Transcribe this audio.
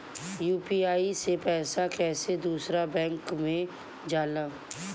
UPI से पैसा कैसे दूसरा बैंक मे जाला?